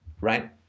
Right